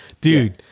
Dude